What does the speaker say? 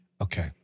Okay